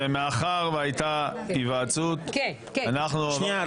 ומאחר שהייתה היוועצות אנחנו יוצאים להתייעצות סיעתית.